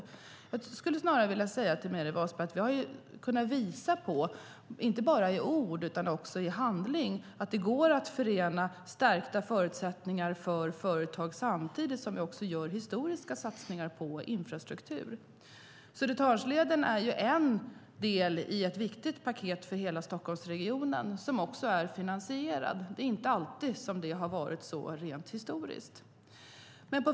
Jag skulle snarare vilja säga till Meeri Wasberg att vi inte bara i ord utan också i handling har kunnat visa på att det går att förena stärkta förutsättningar för företag med historiska satsningar på infrastruktur. Södertörnsleden är en del i ett viktigt paket för hela Stockholmsregionen som också är finansierat. Det är inte alltid det har varit så historiskt.